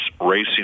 Racing